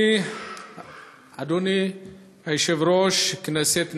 אדוני היושב-ראש, כנסת נכבדה,